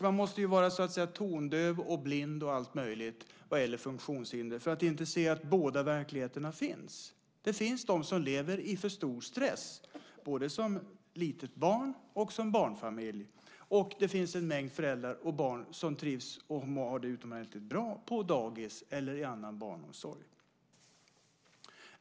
Man måste så att säga vara både tondöv och blind och ha alla möjliga funktionshinder för att inte se att båda verkligheterna finns. Det finns de som lever i för stor stress, både som litet barn och som barnfamilj, och det finns en mängd föräldrar och barn som trivs och har det utomordentligt bra på dagis eller i annan barnomsorg.